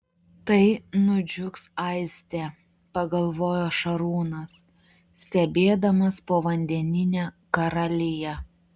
tai nudžiugs aistė pagalvojo šarūnas stebėdamas povandeninę karaliją